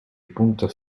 пунктов